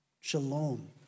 Shalom